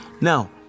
Now